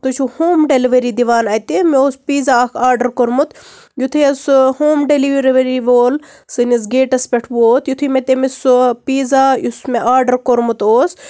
تُہۍ چھُو home delivery دِوان اَتہِ مےٚ اوس پیٖزا اَکھ آرڈَر کوٚرمُت یُتھٕے حظ سُہ ہوم ڈیلوٕری وول سٲنِس گیٹَس پٮ۪ٹھ ووت یُتھٕے مےٚ تٔمِس سُہ پیٖزا یُس مےٚ آرڈَر کوٚرمُت اوس